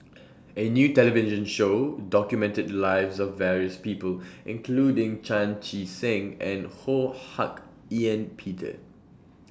A New television Show documented The Lives of various People including Chan Chee Seng and Ho Hak Ean Peter